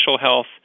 health